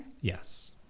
Yes